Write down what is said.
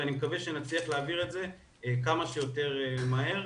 ואני מקווה שנצליח להעביר את זה כמה שיותר מהר.